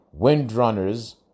Windrunners